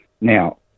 Now